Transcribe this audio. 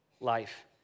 life